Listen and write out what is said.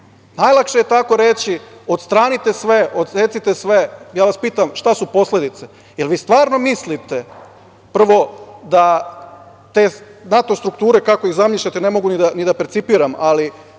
Najlakše je tako reći, odstranite sve, odsecite sve. Ja vas pitam šta su posledice? Jel vi stvarno mislite, prvo da te NATO strukture kako ih zamišljate, ne mogu ni da percipiram, ali